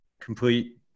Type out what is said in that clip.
complete